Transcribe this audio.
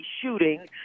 shooting